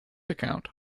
account